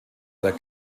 der